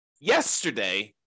yesterday